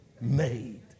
made